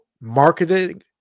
marketing